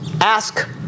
Ask